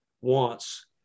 wants